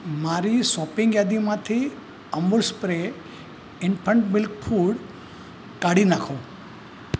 મારી શૉપિંંગ યાદીમાંથી Amul spray infant milk food કાઢી નાખો